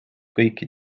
kõike